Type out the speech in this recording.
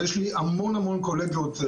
ויש לי המון קולגות.